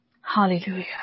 Hallelujah